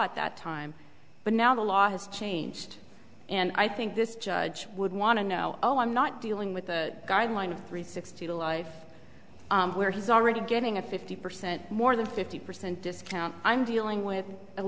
at that time but now the law has changed and i think this judge would want to know oh i'm not dealing with a guideline of three sixty to life where he's already getting a fifty percent more than fifty percent discount i'm dealing with a